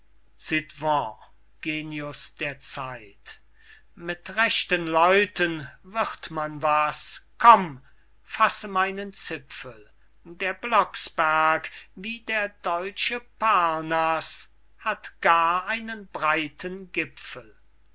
genius der zeit mit rechten leuten wird man was komm fasse meinen zipfel der blocksberg wie der deutsche parnaß hat gar einen breiten gipfel